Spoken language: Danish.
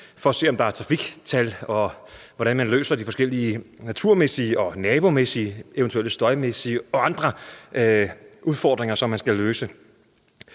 for at man kan se trafiktal, hvordan man løser de forskellige naturmæssige, nabomæssige, eventuelle støjmæssige og andre udfordringer, som man skal løse.